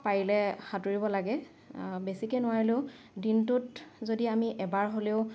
পাৰিলে সাঁতুৰিব লাগে বেছিকে নোৱাৰিলেও দিনটোত যদি আমি এবাৰ হ'লেও